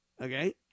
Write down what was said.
Okay